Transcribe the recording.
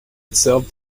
itself